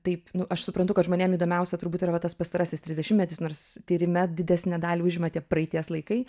taip nu aš suprantu kad žmonėm įdomiausia turbūt yra va tas pastarasis trisdešimtmetis nors tyrime didesnę dalį užima tie praeities laikai